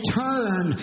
turn